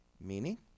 Meaning